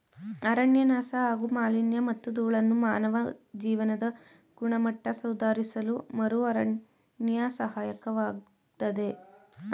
ಅರಣ್ಯನಾಶ ಹಾಗೂ ಮಾಲಿನ್ಯಮತ್ತು ಧೂಳನ್ನು ಮಾನವ ಜೀವನದ ಗುಣಮಟ್ಟ ಸುಧಾರಿಸಲುಮರುಅರಣ್ಯ ಸಹಾಯಕವಾಗ್ತದೆ